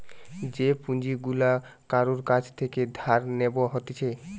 যে পুঁজি গুলা কারুর কাছ থেকে ধার নেব হতিছে